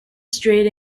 strait